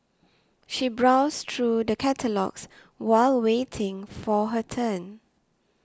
she browsed through the catalogues while waiting for her turn